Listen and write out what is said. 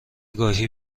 گاهی